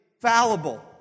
fallible